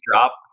drop